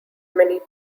many